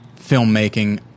filmmaking